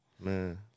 man